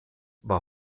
war